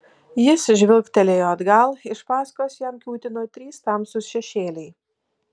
jis žvilgtelėjo atgal iš paskos jam kiūtino trys tamsūs šešėliai